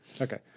okay